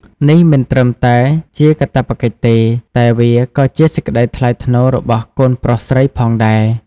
នេះមិនត្រឹមតែជាកាតព្វកិច្ចទេ តែវាក៏ជាសេចក្តីថ្លៃថ្នូររបស់កូនប្រុសស្រីផងដែរ។